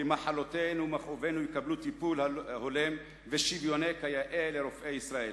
כי מחלותינו ומכאובינו יקבלו טיפול הולם ושוויוני כיאה לרופאי ישראל,